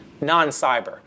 non-cyber